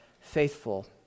faithful